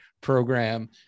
program